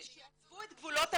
שעזבו את גבולות המדינה,